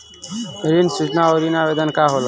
ऋण सूचना और ऋण आवेदन का होला?